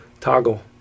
toggle